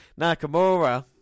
Nakamura